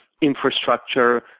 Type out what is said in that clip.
infrastructure